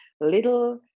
little